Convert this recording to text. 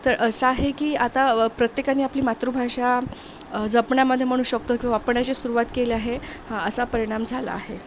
तर असं आहे की आता प्रत्येकानी आपली मातृभाषा जपण्यामध्ये म्हणू शकतो किंवा आपण अशी सुरुवात केली आहे हा असा परिणाम झाला आहे